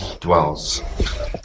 dwells